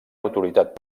autoritat